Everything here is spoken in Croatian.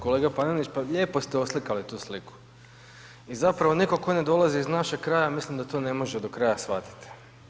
Kolega Panenić, pa lijepo ste oslikali tu sliku i zapravo tko ne dolazi iz našeg kraja mislim da to ne može do kraja shvatiti.